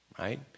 right